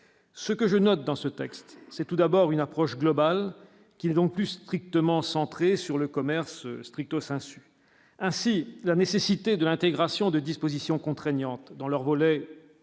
Ce que je note dans ce texte, c'est tout d'abord une approche globale qui est donc plus strictement centré sur le commerce stricto sensu ainsi la nécessité de l'intégration des dispositions contraignantes dans leur volet